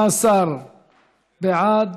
18 בעד,